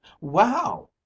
wow